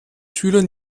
schüler